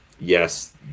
Yes